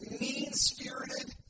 mean-spirited